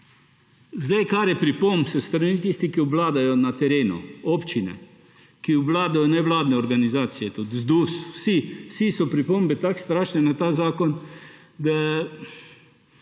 Kar je pripomb s strani tistih, ki obvladajo na terenu, občine, ki obvladajo nevladne organizacije, tudi ZDUS; vsi; vsi so imeli pripombe tako strašne na ta zakon, da